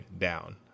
down